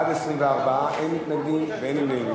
בעד, 24, אין מתנגדים ואין נמנעים.